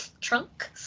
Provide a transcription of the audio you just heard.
Trunk